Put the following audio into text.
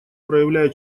проявляя